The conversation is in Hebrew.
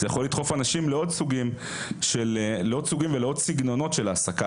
זה יכול לדחוף אנשים לעוד סוגים ולעוד סגנונות של העסקה.